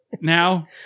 now